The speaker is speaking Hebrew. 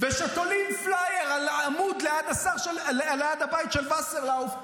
וכשתולים פלייר על העמוד ליד הבית של וסרלאוף,